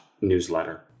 newsletter